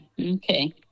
Okay